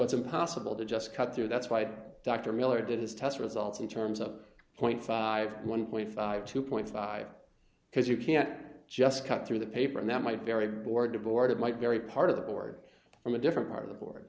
it's impossible to just cut through that's why dr miller did his test results in terms of point fifty one fifty two point five because you can't just cut through the paper and that might very bored to board it might very part of the board from a different part of the board